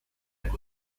and